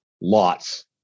Lots